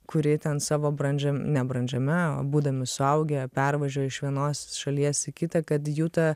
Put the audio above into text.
kuri ten savo brandžiam nebrandžiame o būdami suaugę pervažiuoja iš vienos šalies į kitą kad jų ta